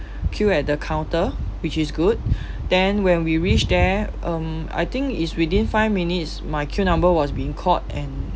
queue at the counter which is good then when we reached there um I think is within five minutes my queue number was being called and